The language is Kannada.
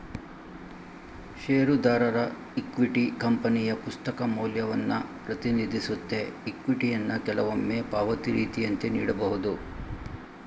ಷೇರುದಾರರ ಇಕ್ವಿಟಿ ಕಂಪನಿಯ ಪುಸ್ತಕ ಮೌಲ್ಯವನ್ನ ಪ್ರತಿನಿಧಿಸುತ್ತೆ ಇಕ್ವಿಟಿಯನ್ನ ಕೆಲವೊಮ್ಮೆ ಪಾವತಿ ರೀತಿಯಂತೆ ನೀಡಬಹುದು